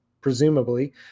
presumably